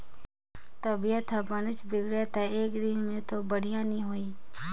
तबीयत ह बनेच बिगड़गे त एकदिन में तो बड़िहा नई होही